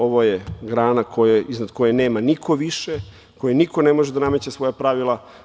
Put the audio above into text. Ovo je grana iznad koje nema niko više, kojoj niko ne može da nameće svoja pravila.